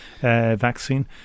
vaccine